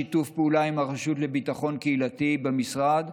בשיתוף עם הרשות לביטחון קהילתי במשרד,